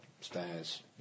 stairs